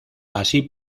así